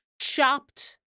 Chopped